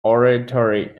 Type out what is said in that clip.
oratory